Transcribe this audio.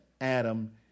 Adam